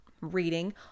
reading